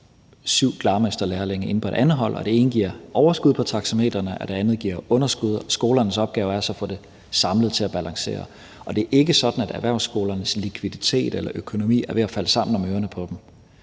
7 glarmesterlærlinge inde på et andet hold. Og det ene giver overskud på taxametrene, og det andet giver underskud, og skolernes opgave er så at få det til samlet at balancere. Og det er ikke sådan, at erhvervsskolernes likviditet eller økonomi er ved at falde sammen om ørerne på dem.